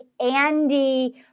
Andy